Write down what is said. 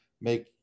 make